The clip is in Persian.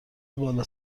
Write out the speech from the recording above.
بالا